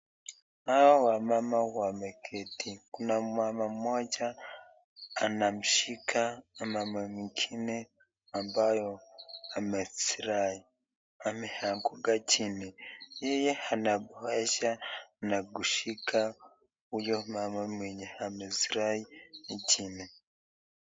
Hao wamama wameketi, kuna mmama moja anamshika mmama mwengine ambayo amezirai, ameanguka chini, yenye anapoesha na kushika huyo mmama mwenye amezirai chini.